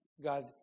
God